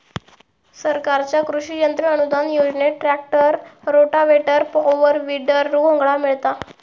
सरकारच्या कृषि यंत्र अनुदान योजनेत ट्रॅक्टर, रोटावेटर, पॉवर, वीडर, घोंगडा मिळता